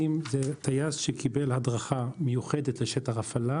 טייס מתאים זה טייס שקיבל הדרכה מיוחדת לשטח הפעלה.